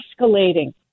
escalating